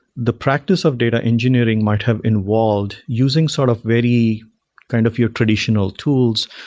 the practice of data engineering might have involved using sort of very kind of your traditional tools,